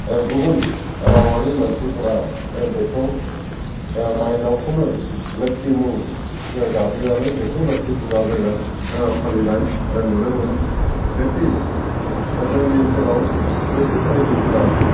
गुबुन रावआरि मानसिफोरा बेखौ माइनावखौनो लोखि मुं होनना गाबज्रिनानै बेखौ लोखि फुजा जोङो फालिनाय नुनो मोनो बिब्दि जोंनि ओनसोलाव बिब्दि बायदिसिना